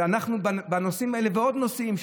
ועוד נושאים.